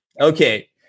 Okay